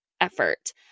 effort